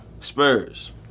Spurs